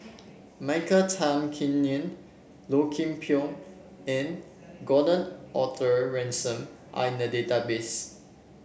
Michael Tan Kim Nei Low Kim Pong and Gordon Arthur Ransome are in the database